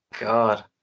God